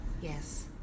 Yes